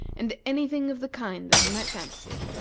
and any thing of the kind that he might fancy.